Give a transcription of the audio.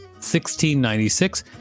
1696